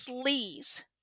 please